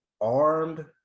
armed